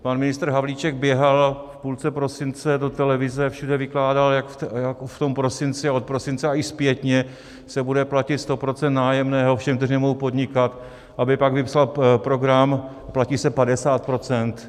Pan ministr Havlíček běhal v půlce prosince do televize a všude vykládal, jak v tom prosinci a od prosince a i zpětně se bude platit 100 % nájemného všem, kteří nemohou podnikat, aby pak vypsal program, a platí se 50 %.